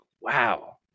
wow